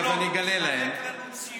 אני אגלה להם, בא מאשקלון ומחלק לנו ציונים.